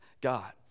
God